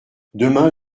demain